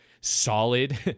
solid